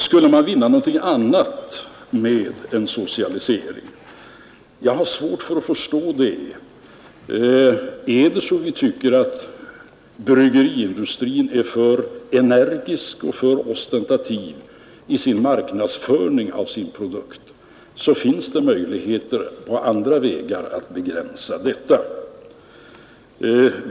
Skulle man vinna någonting annat med en socialisering? Jag har svårt att förstå det. Är det så att vi tycker att bryggeriindustrin är för energisk och för ostentativ i marknadsföringen av sina produkter finns det möjligheter på andra vägar att begränsa denna.